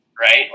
right